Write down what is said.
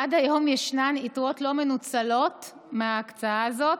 עד היום ישנן יתרות לא מנוצלות מההקצאה הזאת,